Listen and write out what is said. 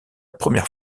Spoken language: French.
première